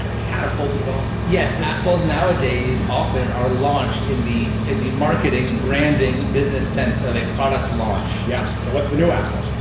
catapult involved? yes. apple is nowadays often are launched in the in the marketing, branding business sense of a product launch. yeah. so what's the new apple?